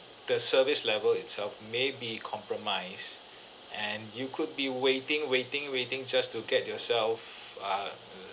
the service level itself may be compromised and you could be waiting waiting waiting just to get yourself ah uh